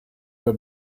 her